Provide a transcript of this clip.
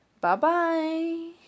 Bye-bye